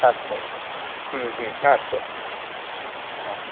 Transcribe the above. अस्तु अस्तु अस्तु अस्तु हा